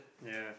ya